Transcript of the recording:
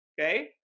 okay